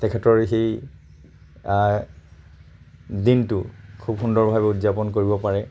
তেখেতৰ সেই দিনটো খুব সুন্দৰভাৱে উদযাপন কৰিব পাৰে